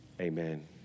Amen